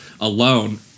alone